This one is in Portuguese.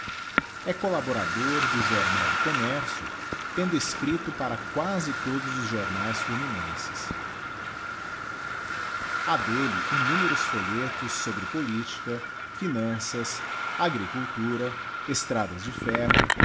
e collaborador do jornal do commercio tendo escripto para quasi todos os jomaes fluminenses ha dcllc innumeros folhetos sobre politica finanças agricultura estradas de ferro